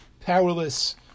powerless